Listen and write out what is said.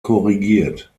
korrigiert